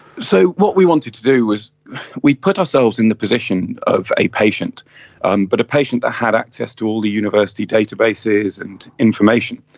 so what we wanted to do was we put ourselves in the position of a patient um but a patient that had access to all the university databases and information.